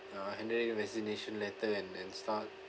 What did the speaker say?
uh handing in the resignation letter and then start